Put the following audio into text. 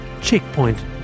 Checkpoint